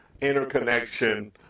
interconnection